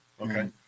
Okay